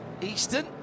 Eastern